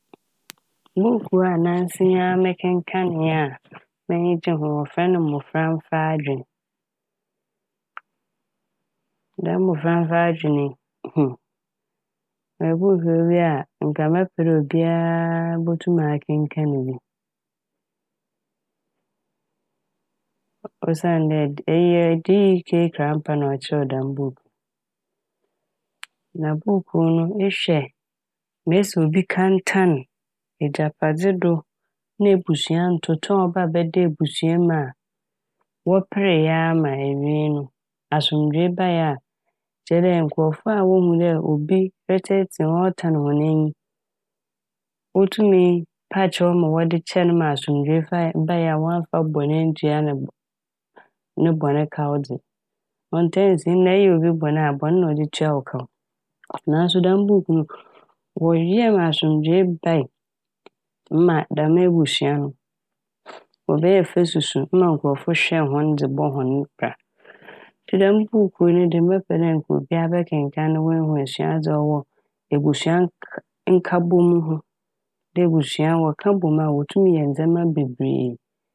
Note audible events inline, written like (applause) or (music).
Bukuu a nansiei mekenkanee a m'enyi gyee ho yɛ Mbofra Mfa Adwen. Dɛm Mbofra Mfa Adwen yi, (hesitation) Ɔyɛ buukuu bi a nkɛ mɛpɛ dɛ obi a botum akenkann bi. Osiandɛ eyi ɔyɛ D.E.A Krampah na ɔkyerɛw dɛm buukuu no. Na buukuu no ehwɛ mesi ma obi kantann egyapadze do na ebusua ntoto a ɔbɛdaa ebusua a mu a wɔpeer yɛama ewie no asomdwee bae a, kyerɛ dɛ nkorɔfo a wohu dɛ obi bɛtseesee - wɔtan hɔn enyi wotumi paa kyɛw ma wɔdze kyɛɛ n' ma asomdwee bae- bae a wɔammfa bɔn enntua n'- ne bɔn kaw dze ɔnntaa nnsi. Ndɛ eyɛ obi bɔn kaw a bɔn na ɔdze tua wo kaw. Naaso dɛm buukuu no dze wowie n' asomdwee bae ma dɛm ebusua no wɔbɛyɛɛ fasusu ma nkorɔfo hwɛɛ hɔn dze bɔɔ hɔn bra. Ntsi dɛm buukuu ne de mɛpɛ dɛ nkɛ obiara bɛkenkan na woehu esuadze a ɔwɔ mu ebusua nka- nkabom ho dɛ ebusua wɔka bɔ mu a wotum yɛ ndzɛmba bebree.